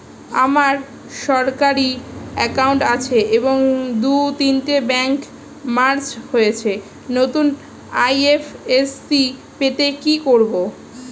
আমার সরকারি একাউন্ট আছে এবং দু তিনটে ব্যাংক মার্জ হয়েছে, নতুন আই.এফ.এস.সি পেতে কি করব?